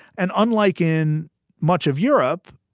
and unlike in much of europe,